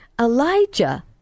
Elijah